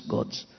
God's